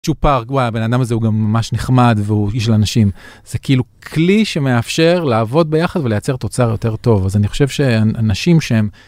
שהוא פארק בן אדם הזה הוא גם ממש נחמד והוא איש לאנשים זה כאילו כלי שמאפשר לעבוד ביחד ולייצר תוצר יותר טוב אז אני חושב שאנשים שהם.